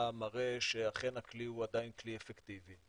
מראה שאכן הכלי הוא עדיין כלי אפקטיבי.